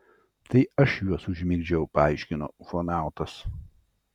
tai aš juos užmigdžiau paaiškino ufonautas